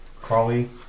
Crawley